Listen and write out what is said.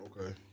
Okay